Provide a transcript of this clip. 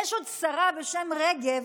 יש שרה בשם רגב,